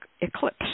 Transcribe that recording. eclipse